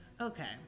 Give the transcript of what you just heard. Okay